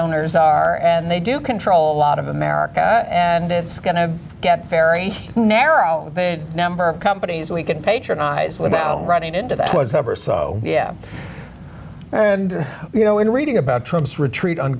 owners are and they do control a lot of america and it's going to get very narrow number of companies we can patronize without running into that was ever so yeah and you know in reading about trump's retreat on